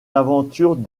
aventures